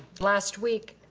last week,